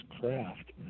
craft